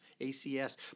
ACS